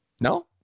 No